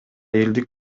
элдик